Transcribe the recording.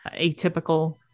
atypical